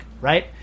right